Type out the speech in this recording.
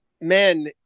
men